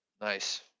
Nice